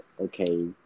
okay